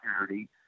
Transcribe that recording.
security